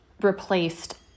replaced